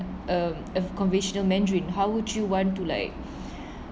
um of conventional mandarin how would you want to like